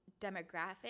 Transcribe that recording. demographic